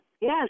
Yes